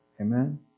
Amen